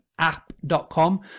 App.com